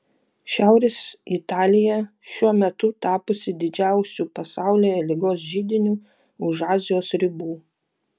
šiaurės italija šiuo metu tapusi didžiausiu pasaulyje ligos židiniu už azijos ribų